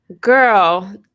girl